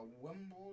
Wimbledon